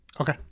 Okay